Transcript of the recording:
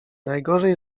najgorzej